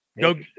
Go